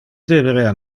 deberea